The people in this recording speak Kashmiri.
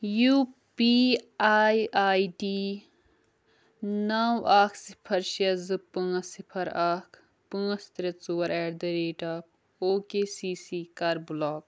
U P I I D نو اکھ صِفر شیٚے زٕ پانٛژھ صِفر اکھ پانٛژھ ترٛےٚ ژور at the rate of O K C C کر بُلاک